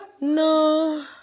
No